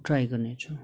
try गर्नेछु